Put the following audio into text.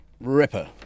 ripper